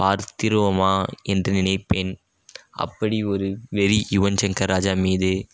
பார்த்திருவோமா என்று நினைப்பேன் அப்படி ஓரு வெறி யுவன் சங்கர் ராஜா மீது